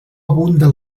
abunden